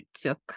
took